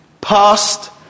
past